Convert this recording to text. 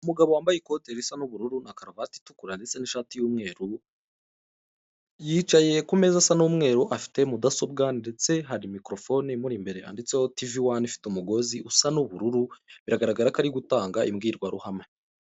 Umugabo wambaye ikote risa n'ubururu na karuvati itukura ndetse n'ishati y'umweru; yicaye kumeza asa n'umweru afite mudasobwa ndetse hari mikorofone imuri imbere yanditseho tivi wani ifite umugozi usa n'ubururu biragaragara ko ari gutanga imbwirwaruhame.